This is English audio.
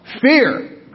Fear